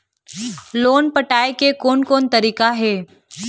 Loan पटाए के कोन कोन तरीका हे?